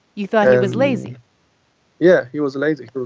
you thought he was lazy yeah, he was lazy.